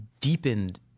deepened